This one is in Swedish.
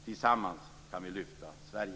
Tillsammans kan vi lyfta Sverige!